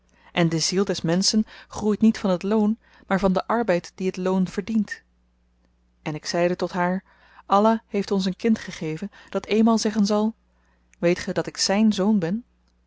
en de ziel des menschen groeit niet van het loon maar van den arbeid die het loon verdient en ik zeide tot haar allah heeft ons een kind gegeven dat eenmaal zeggen zal weet ge dat ik zyn zoon ben